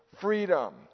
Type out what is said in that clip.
Freedom